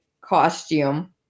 costume